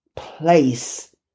Place